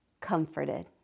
comforted